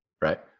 right